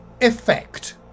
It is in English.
Effect